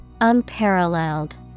Unparalleled